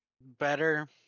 better